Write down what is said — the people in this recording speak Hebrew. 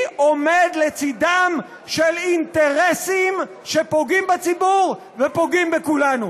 עומד לצדם של אינטרסים שפוגעים בציבור ופוגעים בכולנו.